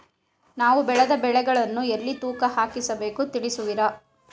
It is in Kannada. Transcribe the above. ನಾವು ಬೆಳೆದ ಬೆಳೆಗಳನ್ನು ಎಲ್ಲಿ ತೂಕ ಹಾಕಿಸಬೇಕು ತಿಳಿಸುವಿರಾ?